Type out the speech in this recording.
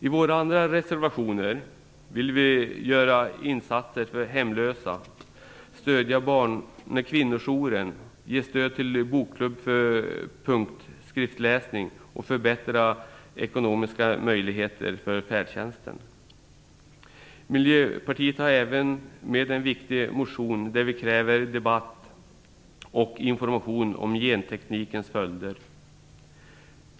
I våra andra reservationer vill vi göra insatser för hemlösa, stödja kvinnojourer, ge stöd till bokklubb för punktskriftsläsning och förbättra de ekonomiska möjligheterna för färdtjänsten. Miljöpartiet har även en viktig motion där vi kräver debatt och information om genteknikens följder.